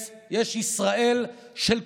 יש ישראל של כולנו,